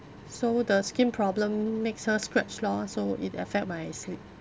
so the skin problem makes her scratch lor so it affect my sleep